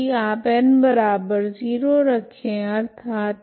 यदि आप n0 रखे अर्थात